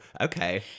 okay